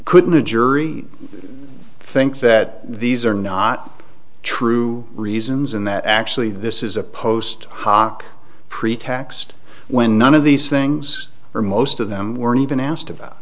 couldn't a jury i think that these are not true reasons and that actually this is a post hoc pretext when none of these things or most of them were even asked about